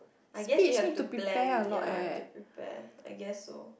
I guess you have to plan ya I have to prepare I guess so